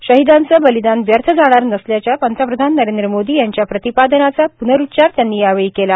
आणि शहीदांचं बलीदान व्यर्थ जाणार नसल्याच्या पंतप्रधान नरेंद्र मोदी यांच्या प्रतिपादनाचा पूर्नरूच्चार त्यांनी यावेळी केला